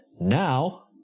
Now